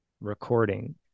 recording